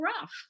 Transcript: rough